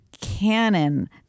canon